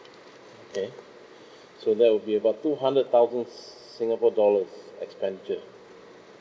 okay so that will be about two hundred thousands singapore dollars expenditure